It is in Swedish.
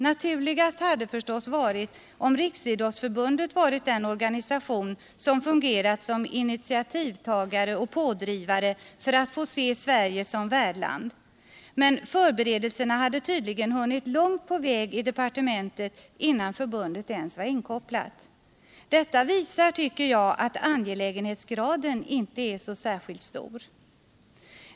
Naturligast hade förstås varit om Riksidrotusförbundet varit den organisation som fungeral som initiativtagare och pådrivare för Sverige som värdland, men förberedelserna hade tydligen hunnit långt i departementet innan förbundet ens var inkopplat. Detta visar, tycker jag, att angolägenhetsgraden inte är så särskilt stor.